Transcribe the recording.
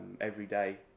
everyday